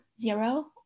zero